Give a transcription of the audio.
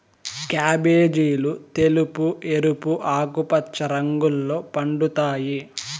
క్యాబేజీలు తెలుపు, ఎరుపు, ఆకుపచ్చ రంగుల్లో పండుతాయి